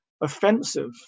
offensive